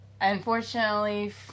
Unfortunately